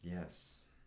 Yes